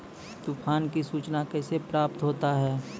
तुफान की सुचना कैसे प्राप्त होता हैं?